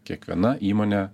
kiekviena įmonė